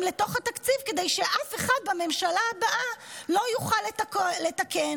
לתוך התקציב כדי שאף אחד בממשלה הבאה לא יוכל לתקן.